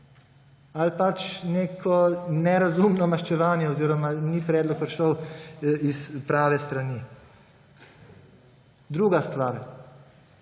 ali neko nerazumno maščevanje oziroma ni predlog prišel s prave strani? Druga stvar.